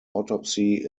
autopsy